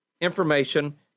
information